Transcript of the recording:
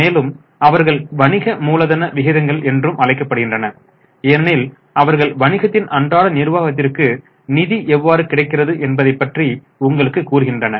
மேலும் அவர்கள் வணிக மூலதன விகிதங்கள் என்றும் அழைக்கப்படுகின்றன ஏனெனில் அவர்கள் வணிகத்தின் அன்றாட நிர்வாகத்திற்கு நிதி எவ்வாறு கிடைக்கிறது என்பதை பற்றி உங்களுக்கு கூறுகின்றன